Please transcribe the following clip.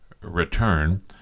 return